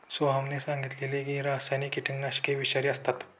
सोहनने सांगितले की रासायनिक कीटकनाशके विषारी असतात